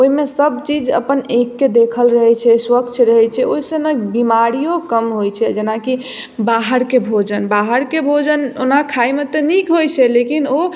ओइमे सब चीज अपन आँखिके देखल रहय छै स्वच्छ रहय छै ओइसँ ने बिमारियो कम होइ छै जेना कि बाहरके भोजन बाहरके भोजन ओना खाइमे तऽ नीक होइ छै लेकिन ओ